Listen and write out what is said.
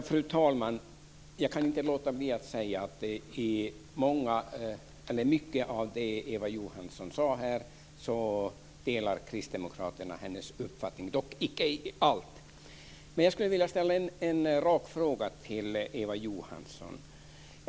Fru talman! Jag kan inte låta bli att säga att Kristdemokraterna delar Eva Johanssons uppfattning i fråga om mycket av det hon sade här, dock inte allt. Jag skulle vilja ställa en rak fråga till Eva Johansson.